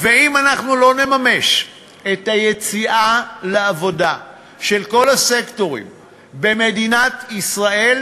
ואם אנחנו לא נממש את היציאה לעבודה של כל הסקטורים במדינת ישראל,